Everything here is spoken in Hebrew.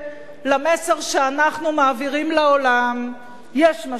למסר שאנחנו מעבירים לעולם יש משמעות.